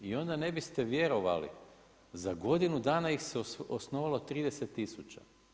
I onda ne biste vjerovali, za godinu dana ih se osnovalo 30000.